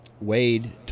Wade